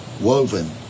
woven